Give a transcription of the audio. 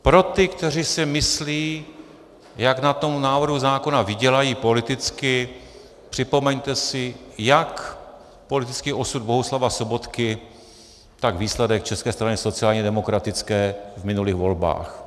Pro ty, kteří si myslí, jak na tom návrhu zákona vydělají politicky, připomeňte si jak politický osud Bohuslava Sobotky, tak výsledek České strany sociálně demokratické v minulých volbách.